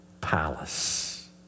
palace